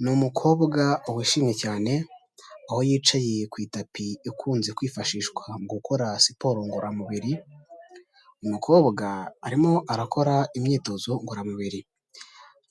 Ni umukobwa wishimye cyane, aho yicaye ku itapi ikunze kwifashishwa mu gukora siporo ngororamubiri, umukobwa arimo arakora imyitozo ngororamubiri,